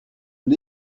and